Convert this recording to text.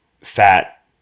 fat